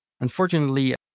unfortunately